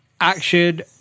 action